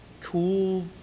cool